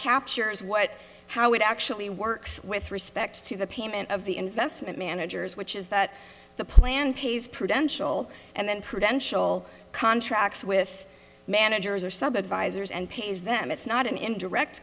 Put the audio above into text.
captures what how it actually works with respect to the payment of the investment managers which is that the plan pays prudential and then prudential contracts with managers or sub advisors and pays them it's not an indirect